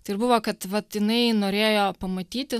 tai ir buvo kad vat jinai norėjo pamatyti